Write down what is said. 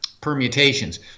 permutations